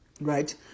right